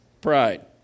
pride